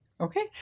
Okay